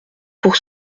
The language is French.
pour